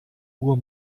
uhr